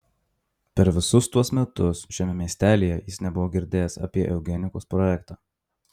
per visus tuos metus šiame miestelyje jis nebuvo girdėjęs apie eugenikos projektą